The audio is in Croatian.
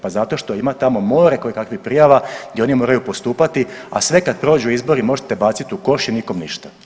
Pa zato što ima tamo more koje kakvih prijava gdje oni moraju postupati, a sve kad prođu izbori možete baciti u koš i nikom ništa.